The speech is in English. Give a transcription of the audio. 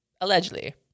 Allegedly